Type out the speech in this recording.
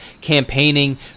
campaigning